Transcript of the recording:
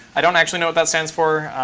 i don't actually know what that stands for.